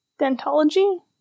Dentology